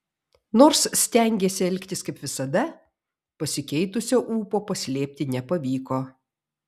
nors stengėsi elgtis kaip visada pasikeitusio ūpo paslėpti nepavyko